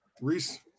Reese